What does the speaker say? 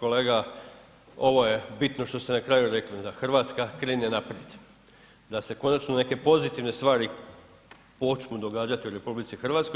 Kolega, ovo je bitno što ste na kraju rekli, da RH krene naprijed, da se konačno neke pozitivne stvari počnu događati u RH,